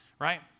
right